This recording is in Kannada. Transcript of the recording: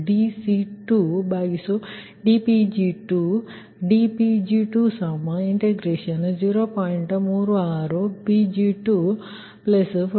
36 Pg241dPg2 ಅಂದರೆ C20